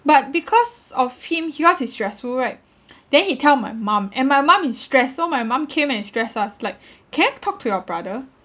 but because of him because he's stressful right then he tell my mum and my mum is stressed so my mum came and stress us like can you talk to your brother